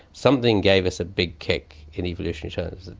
something gave us a big kick in evolutionary terms, and